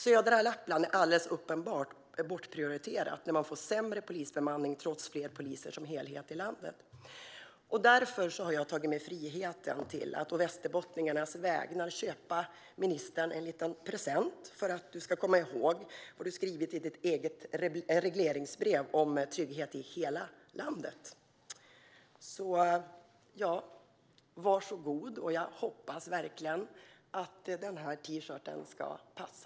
Södra Lappland är alldeles uppenbart bortprioriterat, då man får sämre polisbemanning trots fler poliser som helhet i landet. Därför har jag tagit mig friheten att å västerbottningarnas vägnar köpa ministern en liten present, för att du ska komma ihåg vad du skrivit i ditt eget regleringsbrev om trygghet i hela landet. Var så god! Jag hoppas verkligen att denna t-shirt ska passa.